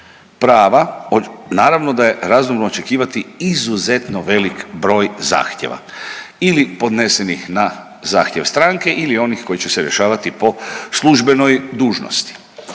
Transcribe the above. prava od, naravno da je razumno očekivati izuzetno velik broj zahtjeva ili podnesenih na zahtjev stranke ili onih koji će se rješavati po službenoj dužnosti.